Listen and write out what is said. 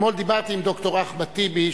אתמול דיברתי עם ד"ר אחמד טיבי,